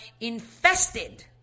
infested